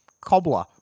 cobbler